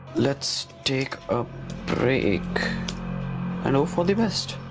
let's take a break and hope for the best